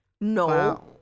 no